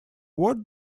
what